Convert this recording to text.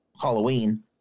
Halloween